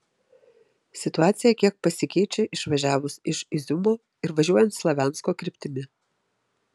situacija kiek pasikeičia išvažiavus iš iziumo ir važiuojant slaviansko kryptimi